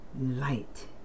light